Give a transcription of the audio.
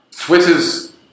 Twitter's